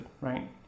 right